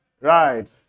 Right